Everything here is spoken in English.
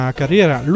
carriera